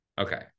Okay